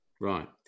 Right